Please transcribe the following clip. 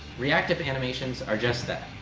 reactive animations are just that,